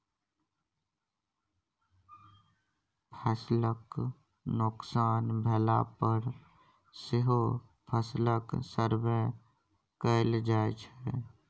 फसलक नोकसान भेला पर सेहो फसलक सर्वे कएल जाइ छै